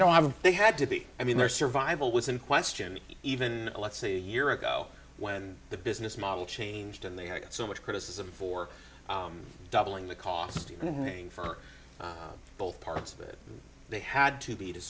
don't have they had to be i mean their survival was in question even let's say a year ago when the business model changed and they had so much criticism for doubling the cost of living for both parts of that they had to be to